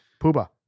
Puba